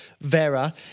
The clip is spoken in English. Vera